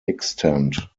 extent